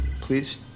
please